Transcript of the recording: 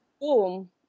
boom